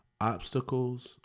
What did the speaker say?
Obstacles